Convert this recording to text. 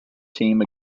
team